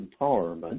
empowerment